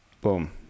Boom